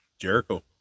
Jericho